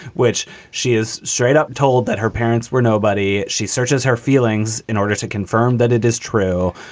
which she is straight up told that her parents were nobody. she searches her feelings in order to confirm that it is true.